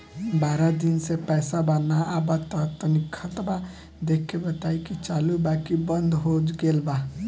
बारा दिन से पैसा बा न आबा ता तनी ख्ताबा देख के बताई की चालु बा की बंद हों गेल बा?